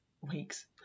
weeks